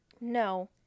no